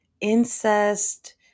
incest